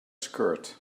skirt